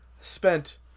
spent